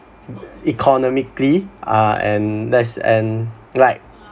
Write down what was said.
economically uh and there's and like